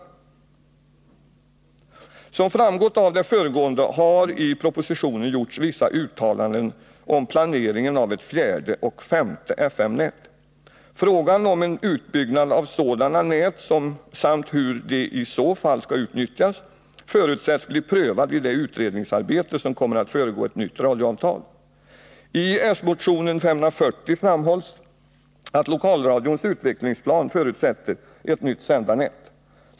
Som framgått av det föregående har i propositionen gjorts vissa uttalanden om planeringen av ett fjärde och femte FM-nät. Frågan om en utbyggnad av sådana nät samt hur de i så fall skall utnyttjas förutsätts bli prövad i det utredningsarbete som kommer att föregå ett nytt radioavtal. I s-motionen 540 framhålls att lokalradions utvecklingsplan förutsätter ett Nr 93 nytt sändarnät.